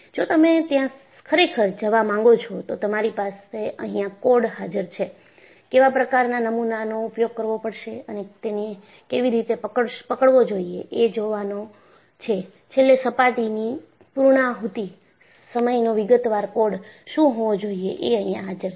જો તમે ત્યાં ખરેખર જવા માંગો છો તો તમારી પાસે અહિયાં કોડ હાજર છે કેવા પ્રકારનાં નમૂનાનો ઉપયોગ કરવો પડશે અને તેને કેવી રીતે પકડવો જોઈએ એ જોવાનું છે છેલ્લે સપાટીની પૂર્ણાહુતિ સમયનો વિગતવાર કોડ શું હોવો જોઈએ એ અહિયાં હાજર છે